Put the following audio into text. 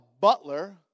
butler